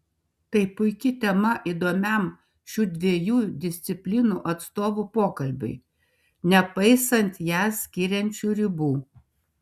tai puiki tema įdomiam šių dviejų disciplinų atstovų pokalbiui nepaisant jas skiriančių ribų